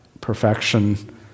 perfection